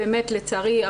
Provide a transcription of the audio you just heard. לצערי,